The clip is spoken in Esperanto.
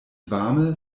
varme